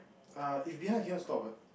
err if behind I cannot stop what